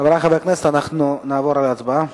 חברי חברי הכנסת, אנחנו נעבור להצבעה.